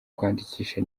kwandikisha